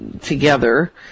together